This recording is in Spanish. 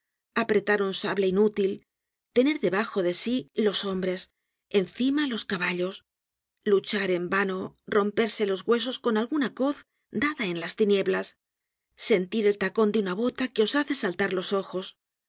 un sable inútil tener debajo de sí los hombres encima los caballos luchar en vano romperse los huesos con alguna coz dada en las tinieblas sentir el tacon de una bota que os hace saltar los ojos